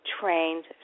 trained